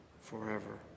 forever